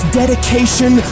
dedication